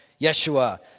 Yeshua